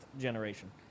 generation